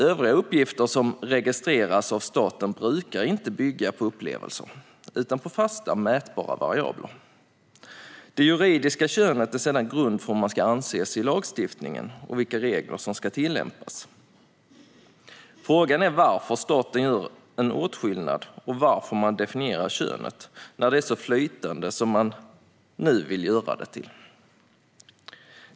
Övriga uppgifter som registreras av staten brukar inte bygga på upplevelser utan på fasta mätbara variabler. Det juridiska könet är sedan grund för hur man ska anses i lagstiftningen och vilka regler som ska tillämpas. Frågan är varför staten gör en åtskillnad och varför man definierar könet när det är så flytande som man nu vill göra det till.